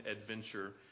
adventure